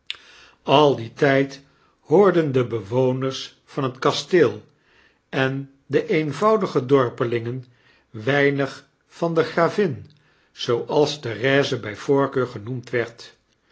al dien tijd hoorden de bewoners van het kastegl en de eenvoudige dorpelingen weinig van de gravin zooals therese by voorkeur genoemd werd